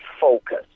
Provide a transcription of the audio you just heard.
focus